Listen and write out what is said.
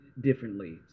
differently